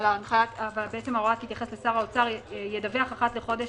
אבל ההוראה תתייחס לשר האוצר - ידווח אחת לחודש